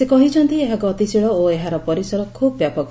ସେ କହିଛନ୍ତି ଏହା ଗତିଶୀଳ ଓ ଏହାର ପରିସର ଖୁବ୍ ବ୍ୟାପକ